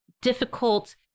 difficult